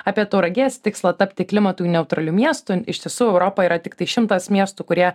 apie tauragės tikslą tapti klimatui neutraliu miestu iš tiesų europa yra tiktai šimtas miestų kurie